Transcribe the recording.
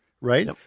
right